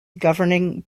governing